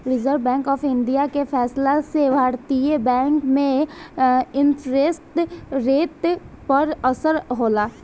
reserve bank of India के फैसला से भारतीय बैंक में इंटरेस्ट रेट पर असर होला